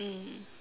mm